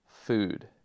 food